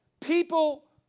people